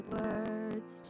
words